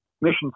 mission